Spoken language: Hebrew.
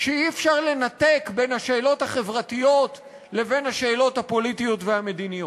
שאי-אפשר לנתק את השאלות החברתיות מהשאלות הפוליטיות והמדיניות.